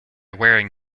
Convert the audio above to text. wearing